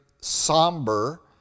somber